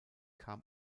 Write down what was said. kam